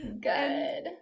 Good